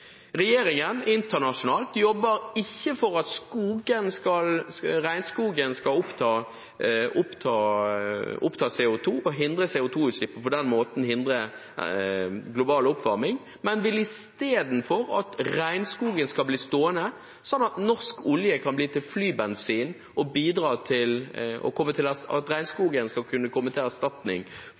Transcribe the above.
regjeringen for at regnskogen skal oppta CO 2 og hindre CO 2 -utslipp og på den måten hindre global oppvarming, men vil istedenfor at regnskogen skal bli stående sånn at norsk olje kan bli til flybensin, og at regnskogen skal kunne komme til erstatning for økte utslipp fra flysektoren på den måten den gjør, og som regjeringen argumenterer veldig sterkt for. Det er